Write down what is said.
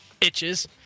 itches